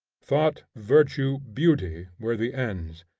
thought, virtue, beauty, were the ends